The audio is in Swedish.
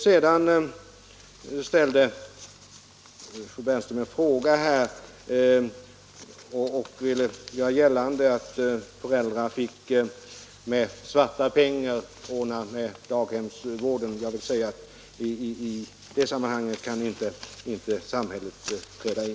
Slutligen ställde fru Bernström en fråga till mig, när hon gjorde gällande att föräldrar ibland är tvungna att med ”svarta” pengar ordna med barnomvårdnaden. På det vill jag bara svara att där kan inte samhället träda in.